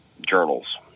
journals